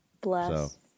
Bless